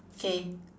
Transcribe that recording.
K